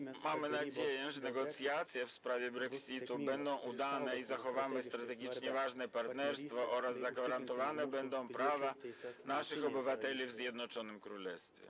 Mamy nadzieję, że negocjacje w sprawie brexitu będą udane i zachowamy strategicznie ważne partnerstwo oraz zagwarantowane będą prawa naszych obywateli w Zjednoczonym Królestwie.